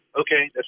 okay